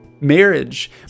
Marriage